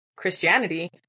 Christianity